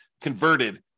converted